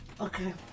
Okay